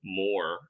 more